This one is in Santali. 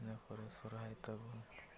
ᱤᱱᱟᱹ ᱯᱚᱨᱮ ᱥᱚᱦᱚᱨᱟᱭ ᱛᱟᱵᱚᱱ